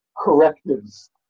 correctives